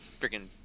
freaking